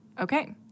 Okay